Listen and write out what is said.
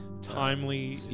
Timely